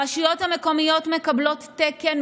הרשויות המקומיות מקבלות תקן.